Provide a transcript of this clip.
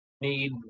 need